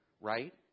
right